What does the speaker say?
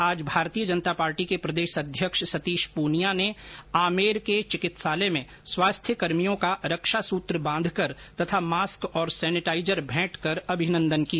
आज भारतीय जनता पार्टी के प्रदेश अध्यक्ष सतीश प्रनिया ने आमेर के चिकित्सालय में स्वास्थ्य कर्मियों का रक्षा सूत्र बांधकर तथा मास्क और सैनेटाइजर भेंट कर अभिनंदन किया